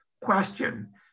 question